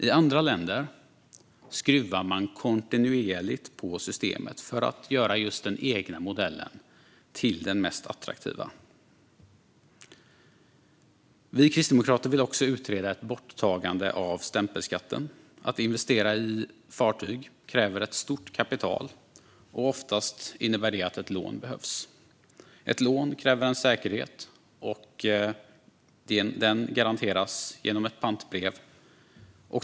I andra länder skruvar man kontinuerligt på systemet för att göra just den egna modellen till den mest attraktiva. Vi kristdemokrater vill också utreda ett borttagande av stämpelskatten. Att investera i fartyg kräver ett stort kapital, och oftast innebär det att ett lån behövs. Ett lån kräver en säkerhet som garanteras genom ett pantbrev.